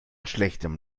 schlechtem